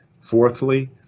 Fourthly